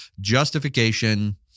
justification